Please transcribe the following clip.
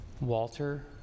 Walter